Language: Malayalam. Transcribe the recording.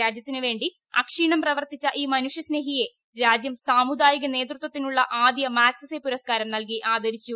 രാജ്യത്തിനുവേണ്ടി അക്ഷീണം പ്രവർത്തിച്ചു ഈ മനുഷ്യസ്നേഹിയെ രാജ്യം സാമുദായിക നേതൃത്വത്തിനുള്ള ആദ്യ മാഗ്സസെ പുരസ്കാരം നൽകി ആദരിച്ചു